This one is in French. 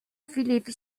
philip